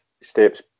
steps